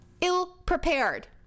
ill-prepared